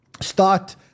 start